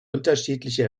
unterschiedliche